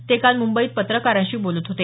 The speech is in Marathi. ते काल मुंबईत पत्रकारांशी बोलत होते